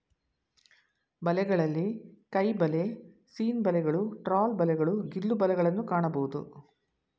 ಬಲೆಗಳಲ್ಲಿ ಕೈಬಲೆ, ಸೀನ್ ಬಲೆಗಳು, ಟ್ರಾಲ್ ಬಲೆಗಳು, ಗಿಲ್ಲು ಬಲೆಗಳನ್ನು ಕಾಣಬೋದು